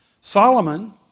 Solomon